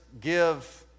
give